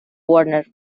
warner